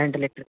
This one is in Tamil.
ரெண்டு லிட்ரு